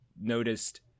noticed